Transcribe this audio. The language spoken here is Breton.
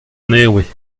nevez